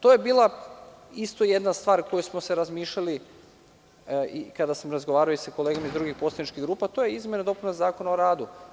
To je bila isto jedna stvar o kojoj smo se razmišljali kada sam razgovarao i sa kolegama iz drugih poslaničkih grupa, to je izmena i dopuna Zakona o radu.